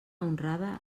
honrada